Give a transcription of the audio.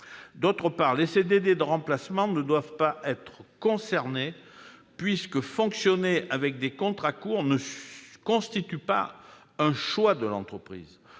ailleurs, les CDD de remplacement ne doivent pas être concernés puisque fonctionner avec des contrats courts ne constitue pas un choix de l'entreprise.